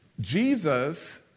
Jesus